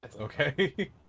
Okay